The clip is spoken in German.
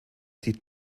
die